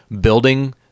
building